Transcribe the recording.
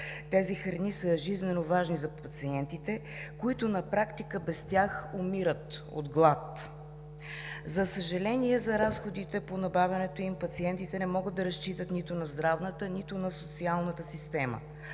Тези храни са жизнено важни за пациентите, които, на практика, без тях умират от глад. За съжаление, за разходите по набавянето им пациентите не могат да разчитат нито на здравната, нито на социалната система,